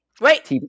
Wait